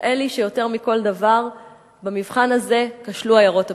נראה לי שיותר מכל דבר במבחן הזה כשלו עיירות הפיתוח.